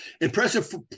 impressive